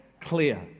clear